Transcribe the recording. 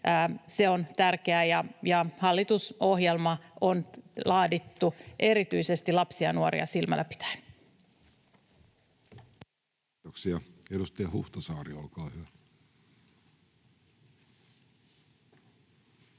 Se on tärkeää, ja hallitusohjelma on laadittu erityisesti lapsia ja nuoria silmällä pitäen. Kiitoksia. — Edustaja Huhtasaari, olkaa hyvä.